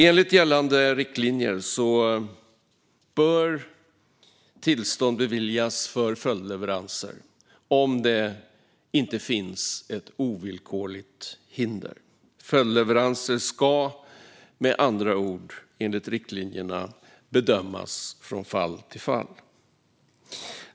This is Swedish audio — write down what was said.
Enligt gällande riktlinjer bör tillstånd beviljas för följdleveranser om det inte finns ett ovillkorligt hinder. Följdleveranser ska med andra ord enligt riktlinjerna bedömas från fall till fall.